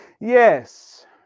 Yes